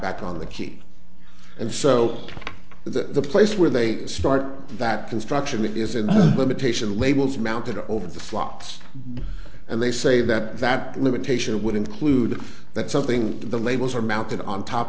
back on the key and so that the place where they start that construction is another limitation labels mounted over the flops and they say that that limitation would include that something the labels are mounted on top